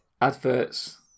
Adverts